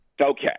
Okay